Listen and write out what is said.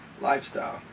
lifestyle